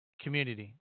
community